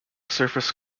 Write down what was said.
surface